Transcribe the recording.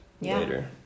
later